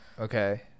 okay